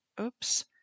Oops